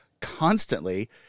constantly